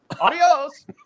Adios